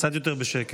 קצת יותר בשקט.